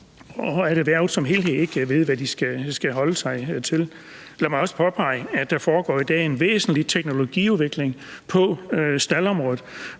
og at erhvervet som helhed ikke ved, hvad de skal holde sig til. Lad mig også påpege, at der jo i dag foregår en væsentlig teknologiudvikling på staldområdet,